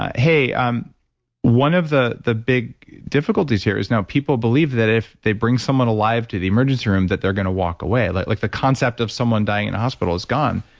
ah hey, um one of the the big difficulties here is now people believe that if they bring someone alive to the emergency room, that they're going to walk away. like, like the concept of someone dying in a hospital is gone.